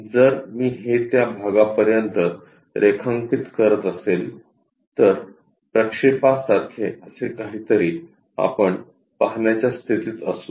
जर मी हे त्या भागापर्यंत रेखांकित करत असेल तर प्रक्षेपासारखे असे काहीतरी आपण पाहण्याच्या स्थितीत असू